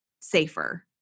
safer